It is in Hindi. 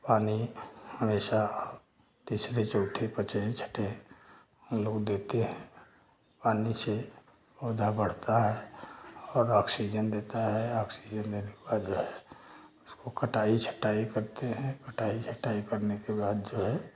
पानी हमेशा तीसरे चौथे पाँचवे छट्ठे लोग देते हैं पानी से पौधा बढ़ता है पौधा ऑक्सीजन देता है ऑक्सीजन में उसका जो है उसको कटाई छटाई करते हैं कटाई छटाई करने के बाद जो है